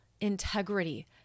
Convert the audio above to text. integrity